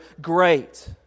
great